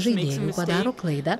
žaidėjų padaro klaidą